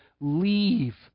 leave